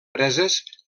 preses